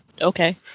okay